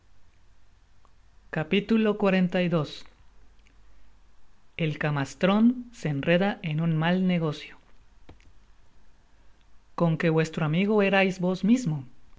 capítulo xlij él camasíron se enreba en un mal negocio on qué vuestro amigo erais vos mismo